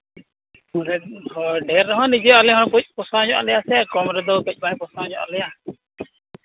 ᱰᱷᱮᱹᱨ ᱰᱷᱮᱹᱨ ᱨᱮᱦᱚᱸ ᱱᱤᱡᱮ ᱟᱞᱮ ᱦᱚᱸ ᱠᱟᱹᱡ ᱯᱚᱥᱟᱣᱧᱚᱜ ᱟᱞᱮᱭᱟ ᱥᱮ ᱠᱚᱢ ᱨᱮᱫᱚ ᱠᱟᱹᱡ ᱵᱟᱭ ᱯᱚᱥᱟᱣ ᱧᱚᱜ ᱟᱞᱮᱭᱟ